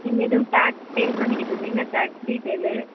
நீங்கள் எதுவும் tax file பண்ணிகிட்ருந்திங்கன்னா டேக்ஸ் டீட்டெயிலு